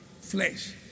flesh